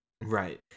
right